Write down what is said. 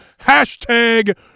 Hashtag